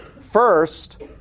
First